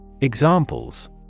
Examples